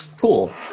Cool